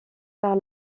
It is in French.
par